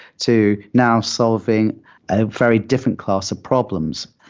to now solving a very different class of problems.